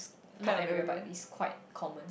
not everywhere but is quite common